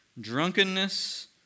drunkenness